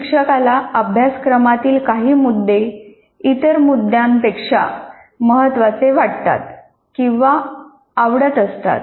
शिक्षकाला अभ्यासक्रमातील काही मुद्दे इतर मुद्द्यापेक्षा महत्त्वाचे वाटतात किंवा आवडत असतात